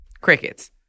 Crickets